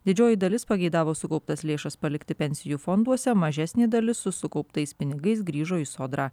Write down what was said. didžioji dalis pageidavo sukauptas lėšas palikti pensijų fonduose mažesnė dalis su sukauptais pinigais grįžo į sodrą